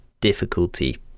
difficulty